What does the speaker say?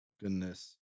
Goodness